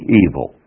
evil